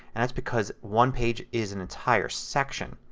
and is because one page is an entire section.